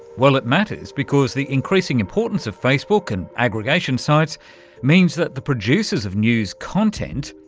well, it matters because the increasing importance of facebook and aggregation sites means that the producers of news content,